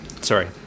Sorry